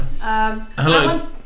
Hello